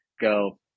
go